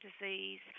disease